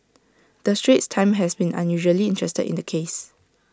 the straits times has been unusually interested in the case